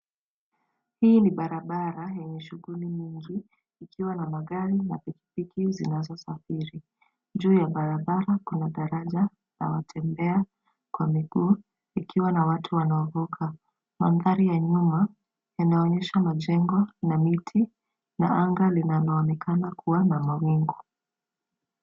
Hii ni barabara yenye shughuli nyingi ikiwa na magari na pikipiki zinazosafiri. Juu ya barabara kuna daraja la watembea kwa miguu ikiwa na watu wanaovuka. Mandhari ya nyuma inaonyesha majengo na miti na anga linaloonekana kuwa na mawingu.